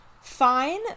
Fine